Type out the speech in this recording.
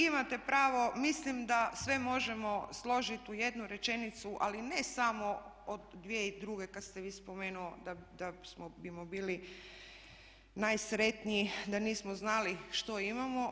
Ma imate pravo, mislim da sve možemo složit u jednu rečenicu, ali ne samo od 2002. kad ste vi spomenuo da smo, da bimo bili najsretniji da nismo znali što imamo.